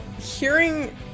hearing